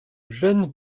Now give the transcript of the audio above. jeune